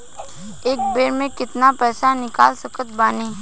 एक बेर मे केतना पैसा निकाल सकत बानी?